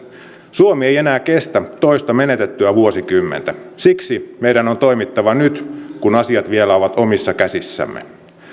suomi ei enää kestä toista menetettyä vuosikymmentä siksi meidän on toimittava nyt kun asiat vielä ovat omissa käsissämme